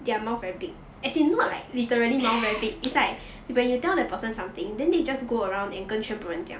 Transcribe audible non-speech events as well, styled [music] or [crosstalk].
[laughs]